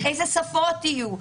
איזה שפות יהיו?